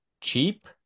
cheap